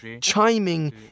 chiming